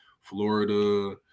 Florida